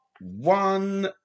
one